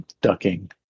ducking